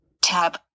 Tab